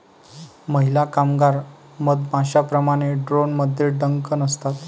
महिला कामगार मधमाश्यांप्रमाणे, ड्रोनमध्ये डंक नसतात